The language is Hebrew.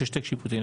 בהשתק שיפוטי.